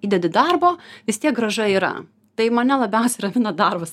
įdedi darbo vis tiek grąža yra tai mane labiausiai ramino darbas